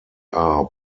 are